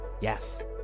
Yes